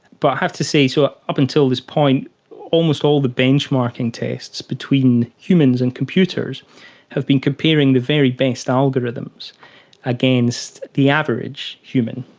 but i have to say, so up until this point almost all the benchmarking tests between humans and computers have been comparing the very best algorithms against the average human.